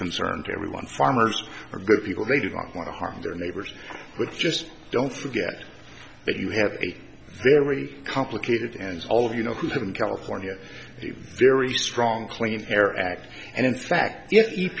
concern to everyone farmers are good people they do not want to harm their neighbors with just don't forget that you have a very complicated and all of you know who have in california a very strong clean air act and in fact